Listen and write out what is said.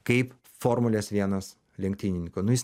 kaip formulės vienas lenktynininko nu jis